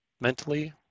Mentally